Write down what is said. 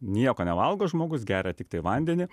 nieko nevalgo žmogus geria tiktai vandenį